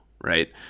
right